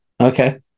okay